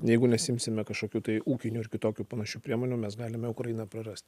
jeigu nesiimsime kažkokių tai ūkinių ir kitokių panašių priemonių mes galime ukrainą prarast